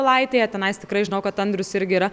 pilaitėje tenais tikrai žinau kad andrius irgi yra